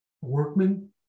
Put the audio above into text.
Workmen